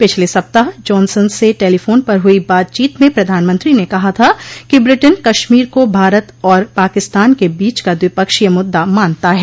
पिछले सप्ताह जॉनसन से टेलीफोन पर हुई बातचीत में प्रधानमंत्री ने कहा था कि ब्रिटेन कश्मीर को भारत और पाकिस्तान के बीच का द्विपक्षीय मुद्दा मानता है